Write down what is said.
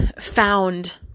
found